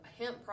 hemp